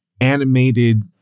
animated